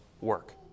work